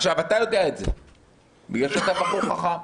אתה יודע את זה בגלל שאתה בחור חכם.